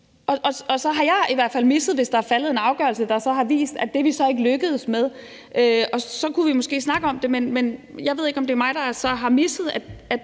Og så har jeg i hvert fald misset det, hvis der er faldet en afgørelse, der så har vist, at vi så ikke er lykkedes med det. Og så kunne vi måske snakke om det. Men jeg ved ikke, om det er mig, der så har misset, at